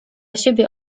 siebie